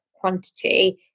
quantity